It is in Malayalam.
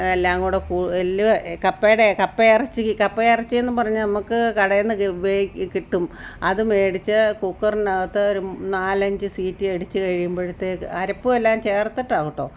എല്ലാം കൂടെ എല്ല് കപ്പേടെ കപ്പയിറച്ചി കപ്പയിറച്ചി എന്നും പറഞ്ഞ് നമുക്ക് കടയിന്ന് വേ കിട്ടും അത് മേടിച്ച് കുക്കറിനകത്ത് ഒരു നാലഞ്ച് സീറ്റിയടിച്ച് കഴിയുമ്പോഴത്തെക്ക് അരപ്പ് എല്ലാം ചേർത്തിട്ടാണ് കേട്ടോ